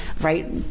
right